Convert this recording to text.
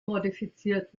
modifiziert